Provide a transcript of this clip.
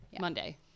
monday